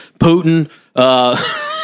Putin